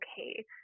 okay